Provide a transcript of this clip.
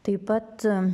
taip pat